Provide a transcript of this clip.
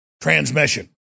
Transmission